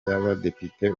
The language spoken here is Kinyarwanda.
y’abadepite